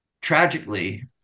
tragically